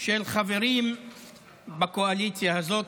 של חברים בקואליציה הזאת.